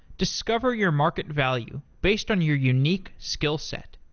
discover your market value based on your unique skill set.